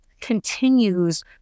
continues